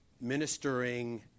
ministering